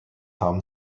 haben